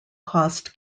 cost